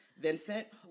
vincent